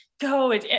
go